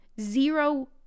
Zero